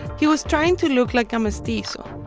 he was trying to look like a mestizo.